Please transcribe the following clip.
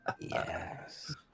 Yes